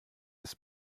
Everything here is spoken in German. ist